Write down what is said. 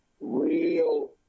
real